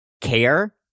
care